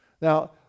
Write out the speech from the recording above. Now